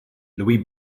louis